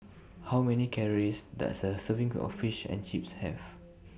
How Many Calories Does A Serving of Fish and Chips Have